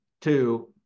two